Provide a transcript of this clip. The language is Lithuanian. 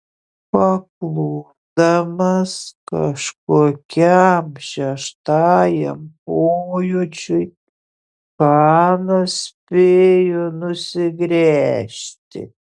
paklusdamas kažkokiam šeštajam pojūčiui chanas spėjo nusigręžti